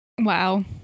Wow